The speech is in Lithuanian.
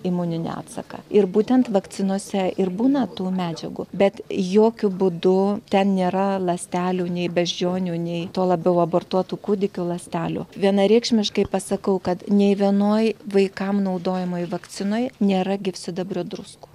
imuninį atsaką ir būtent vakcinose ir būna tų medžiagų bet jokiu būdu ten nėra ląstelių nei beždžionių nei tuo labiau abortuotų kūdikių ląstelių vienareikšmiškai pasakau kad nei vienoj vaikam naudojamoj vakcinoj nėra gyvsidabrio druskų